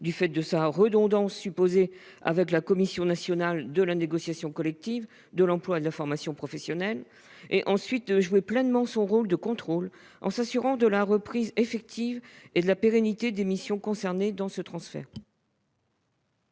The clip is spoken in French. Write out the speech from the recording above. du fait de sa redondance supposée avec la Commission nationale de la négociation collective, de l'emploi et de la formation professionnelle et de jouer pleinement son rôle de contrôle, en s'assurant de la reprise effective et de la pérennité des missions concernées dans ce transfert.